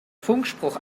funkspruch